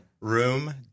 room